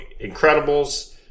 Incredibles